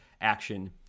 action